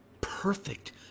perfect